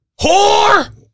Whore